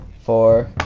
four